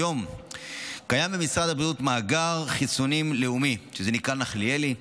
כיום קיים במשרד הבריאות מאגר חיסונים לאומי שנקרא "נחליאלי",